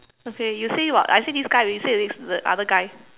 okay you say what I say this guy already you say the next the other guy